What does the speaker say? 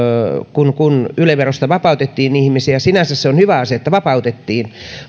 kun kun yle verosta vapautettiin ihmisiä sinänsä se on hyvä asia että vapautettiin